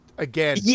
Again